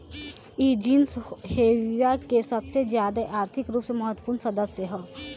इ genus Hevea के सबसे ज्यादा आर्थिक रूप से महत्वपूर्ण सदस्य ह